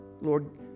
Lord